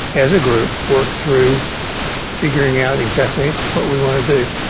as a group, work through figuring out exactly what we want to do.